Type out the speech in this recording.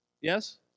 Yes